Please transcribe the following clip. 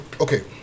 okay